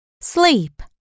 Sleep